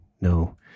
no